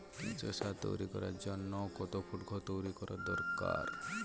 কেঁচো সার তৈরি করার জন্য কত ফুট ঘর তৈরি করা দরকার?